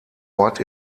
ort